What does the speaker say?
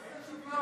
אין שוויון,